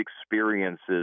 experiences